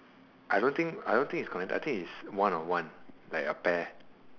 I don't think I don't think is connect I think is one on one like a pair